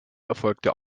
erfolgte